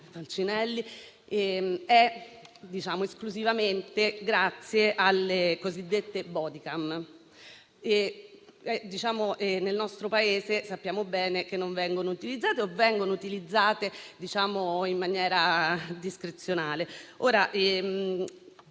è esclusivamente grazie alle cosiddette *bodycam*. Nel nostro Paese sappiamo bene che esse non vengono utilizzate o vengono utilizzate in maniera discrezionale.